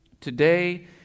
Today